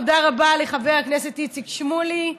תודה רבה לחבר הכנסת איציק שמולי,